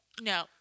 no